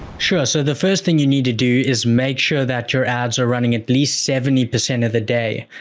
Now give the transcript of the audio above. sure, so the first thing you need to do is make sure that your ads are running at least seventy percent of the day.